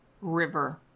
River